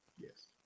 Yes